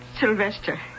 Sylvester